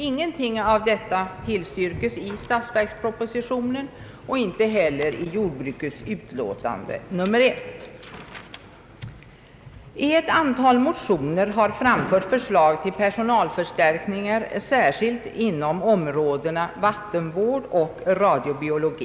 Ingenting av detta tillstyrks i statsverkspropositionen och inte heller i jordbruksutskottets utlåtande nr 1. I ett antal motioner har framförts förslag till personalförstärkningar särskilt inom områdena vattenvård och radiobiologi.